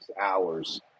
hours